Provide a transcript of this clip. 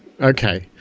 Okay